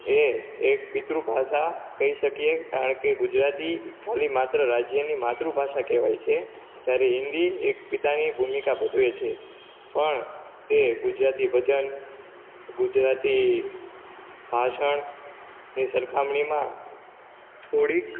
એ એક પિતૃભાષા કહી શકીએ કારણ કે ગુજરાતી ખાલી માત્ર રાજ્યની માતૃભાષા કહેવાય છે જ્યારે હિન્દી એક પિતાની ભૂમિકા ભજવે છે પણ તે ગુજરાતી ભજન ગુજરાતી ભાષણ સરખામણીમાં થોડીક